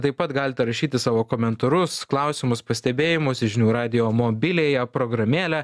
taip pat galite rašyti savo komentarus klausimus pastebėjimus į žinių radijo mobiliąją programėlę